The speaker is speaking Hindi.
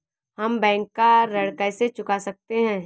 हम बैंक का ऋण कैसे चुका सकते हैं?